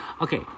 Okay